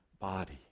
body